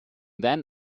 then